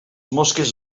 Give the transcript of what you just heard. mosques